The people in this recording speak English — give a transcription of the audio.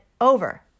over